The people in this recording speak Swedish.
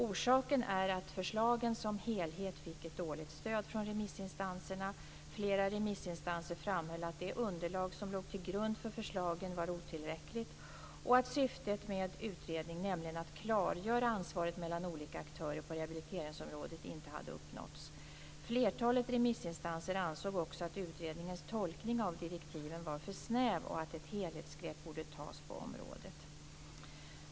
Orsaken är att förslagen som helhet fick ett dåligt stöd från remissinstanserna. Flera remissinstanser framhöll att det underlag som låg till grund för förslagen var otillräckligt och att syftet med utredningen, nämligen att klargöra ansvaret mellan olika aktörer på rehabiliteringsområdet, inte hade uppnåtts. Flertalet remissinstanser ansåg också att utredningens tolkning av direktiven var för snäv och att ett helhetsgrepp borde tas på området.